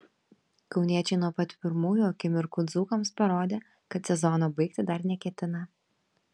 kauniečiai nuo pat pirmųjų akimirkų dzūkams parodė kad sezono baigti dar neketina